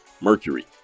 mercury